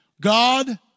God